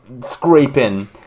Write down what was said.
scraping